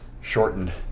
shortened